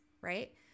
right